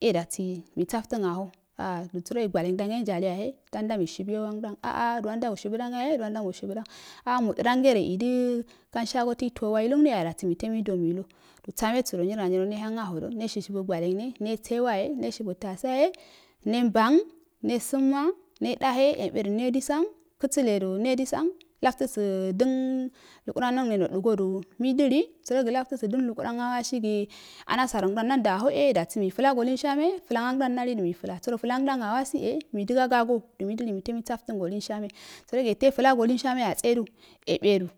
e dasi maisal tən aho a sərogi gwalen dam yeu njaliua he dan da mushebuyo wandan a'a duwanda washibudang ahe duwan da gere edə gange shhso to ito wa dungne yo yahe dabi mito iduwo milu samesudo nyiro milu samesudo nyiro nehangahodo ne shishibu gwalengne ne sewaye neshibu tasaye ne mbang nesum wa ne dahe nebeddu nedisan kəsəleda nedisan laftəsə dən lukurangne nodəgodu maidili sərogi latəbə dən lukuran awasigi amasarongdan da ndaho e dasi meiflago unsha me flangandan nallisu meifl flanangdan awasa e meidəga gago do meidili meiloi saftəngo liinshamea sərogi yeto flago linshame atsedu ebedu